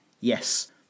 Yes